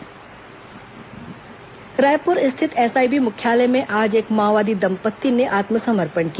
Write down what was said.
माओवादी समर्पण रायपुर स्थित एसआईबी मुख्यालय में आज एक माओवादी दंपत्ति ने आत्मसमर्पण किया